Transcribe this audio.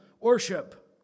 worship